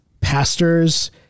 pastors